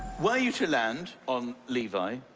were you to land on levi,